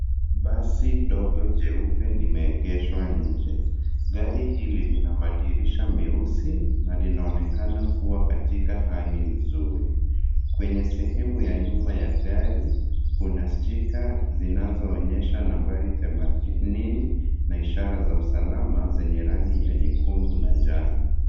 Basi ndogo, jeupe limeegeshwa nje. Gari hili lina madirisha meusi, na linaonekana kuwa katika hali nzuri. Kwenye sehemu ya nyuma ya gari, kuna sticker zinazoonyesha nambari themanini na ishara za usalama zenye rangi ya nyekundu na njano.